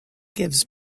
gives